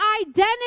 identity